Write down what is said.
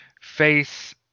face